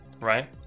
right